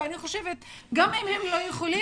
וגם אם הם לא יכולים,